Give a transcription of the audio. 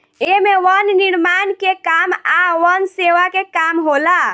एमे वन निर्माण के काम आ वन सेवा के काम होला